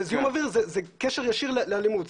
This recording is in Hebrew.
וזיהום אוויר זה קשר ישיר לאלימות,